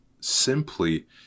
simply